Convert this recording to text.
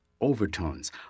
Overtones